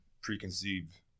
preconceived